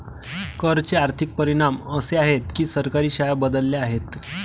कर चे आर्थिक परिणाम असे आहेत की सरकारी शाळा बदलल्या आहेत